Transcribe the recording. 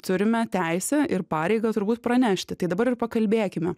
turime teisę ir pareigą turbūt pranešti tai dabar ir pakalbėkime